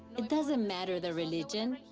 it doesn't matter, the religion.